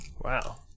wow